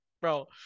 bro